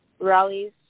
rallies